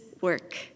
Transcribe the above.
work